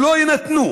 שלא יינתנו